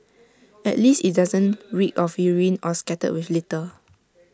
at least IT doesn't reek of urine or scattered with litter